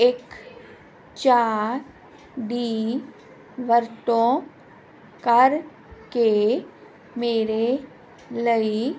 ਇੱਕ ਚਾਰ ਦੀ ਵਰਤੋਂ ਕਰ ਕੇ ਮੇਰੇ ਲਈ